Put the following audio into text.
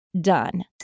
done